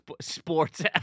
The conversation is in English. sports